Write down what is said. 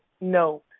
no